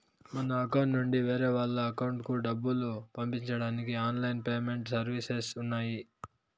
మన అకౌంట్ నుండి వేరే వాళ్ళ అకౌంట్ కూడా డబ్బులు పంపించడానికి ఆన్ లైన్ పేమెంట్ సర్వీసెస్ ఉన్నాయి